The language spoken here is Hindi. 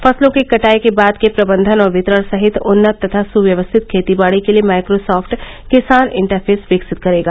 फसलों की कटाई के बाद के प्रबंधन और वितरण सहित उन्नत तथा सुव्यवस्थित खेती बाड़ी के लिए माइक्रोसॉफ्ट किसान इंटरफेस विकसित करेगा